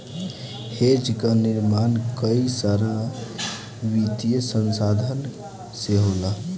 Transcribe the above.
hedge कअ निर्माण कई सारा वित्तीय संसाधन से होला